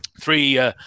Three